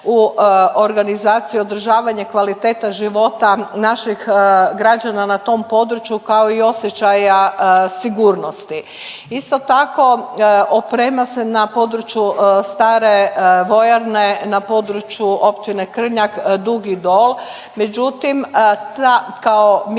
u organizaciju i održavanje kvalitete života naših građana na tom područja, kao i osjećaja sigurnosti. Isto tako oprema se na području stare vojarne na području Općine Krnjak, Dugi Dol, međutim, kao mjesto